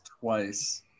twice